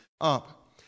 up